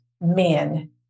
men